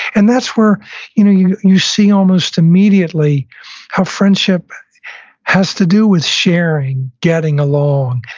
and that's where you know you you see almost immediately how friendship has to do with sharing, getting along,